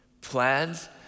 Plans